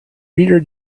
reader